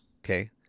Okay